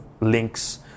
links